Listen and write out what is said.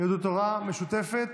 יהדות התורה, משותפת?